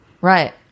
Right